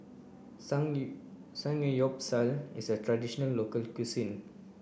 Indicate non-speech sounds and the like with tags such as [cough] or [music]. [unintelligible] Samgeyopsal is a traditional local cuisine